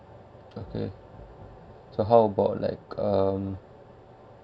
okay so how about like um